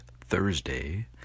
Thursday